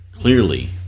clearly